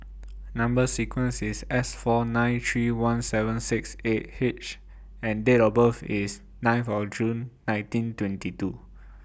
Number sequence IS S four nine three one seven six eight H and Date of birth IS ninth of June nineteen twenty two